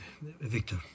Victor